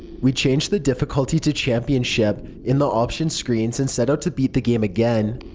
we changed the difficulty to championship in the options screen and set out to beat the game again.